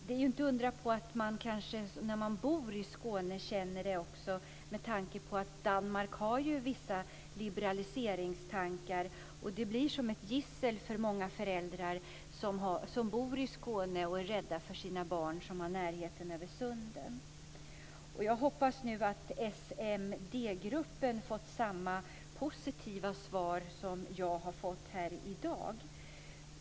Det är inte att undra på att de som bor i Skåne känner så, med tanke på att Danmark har vissa liberaliseringstankar. Det blir som ett gissel för många föräldrar som bor i Skåne och som är oroliga för sina barn genom närheten över Sundet. Jag hoppas nu att SMD-gruppen har fått samma positiva svar som jag har fått här i dag.